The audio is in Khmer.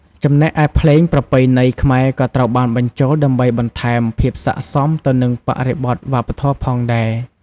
ចំណែកឯភ្លេងប្រពៃណីខ្មែរក៏ត្រូវបានបញ្ចូលដើម្បីបន្ថែមភាពស័ក្តិសមទៅនឹងបរិបទវប្បធម៌ផងដែរ ។